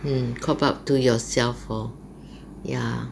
mm coop up to yourself lor